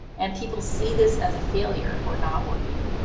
and people see this as a failure or not working.